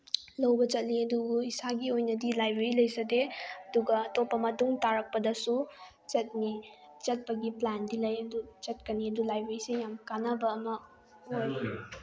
ꯂꯧꯕ ꯆꯠꯂꯤ ꯑꯗꯨꯕꯨ ꯏꯁꯥꯒꯤ ꯑꯣꯏꯅꯗꯤ ꯂꯥꯏꯕ꯭ꯔꯦꯔꯤ ꯂꯩꯖꯗꯦ ꯑꯗꯨꯒ ꯑꯇꯣꯞꯄ ꯃꯇꯨꯡ ꯇꯥꯔꯛꯄꯗꯁꯨ ꯆꯠꯅꯤ ꯆꯠꯄꯒꯤ ꯄ꯭ꯂꯥꯟꯗꯤ ꯂꯩ ꯑꯗꯨ ꯆꯠꯀꯅꯤ ꯑꯗꯨ ꯂꯥꯏꯕ꯭ꯔꯦꯔꯤꯁꯤ ꯌꯥꯝ ꯀꯥꯟꯅꯕ ꯑꯃ ꯑꯣꯏ